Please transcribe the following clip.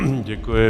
Děkuji.